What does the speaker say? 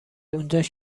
اونجاش